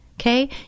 Okay